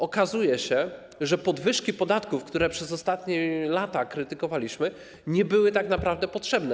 Okazuje się, że podwyżki podatków, które przez ostatnie lata krytykowaliśmy, nie były tak naprawdę potrzebne.